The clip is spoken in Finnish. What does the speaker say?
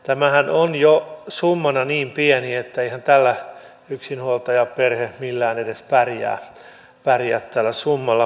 tämähän on jo summana niin pieni että eihän yksinhuoltajaperhe millään edes pärjää tällä summalla